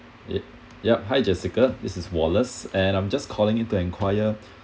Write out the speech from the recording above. yup yup hi jessica this is wallace and I'm just calling you to enquire